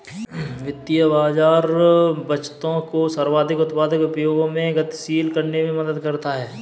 वित्तीय बाज़ार बचतों को सर्वाधिक उत्पादक उपयोगों में गतिशील करने में मदद करता है